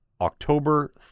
October